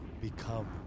Become